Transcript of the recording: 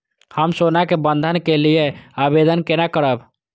हम सोना के बंधन के लियै आवेदन केना करब?